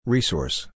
Resource